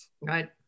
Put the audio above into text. Right